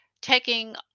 taking